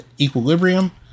equilibrium